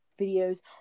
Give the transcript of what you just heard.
videos